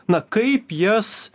na kaip jas